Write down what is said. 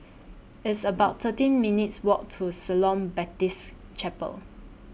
It's about thirteen minutes' Walk to Shalom Baptist Chapel